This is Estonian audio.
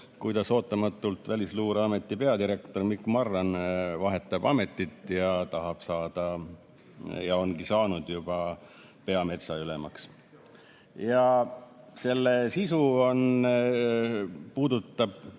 kuidas ootamatult Välisluureameti peadirektor Mikk Marran vahetab ametit, tahab saada ja ongi saanud juba peametsaülemaks. Selle sisu on